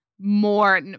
more